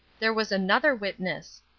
there was another witness.